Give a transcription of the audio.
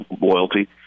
loyalty